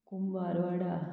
Kumbharwada